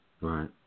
Right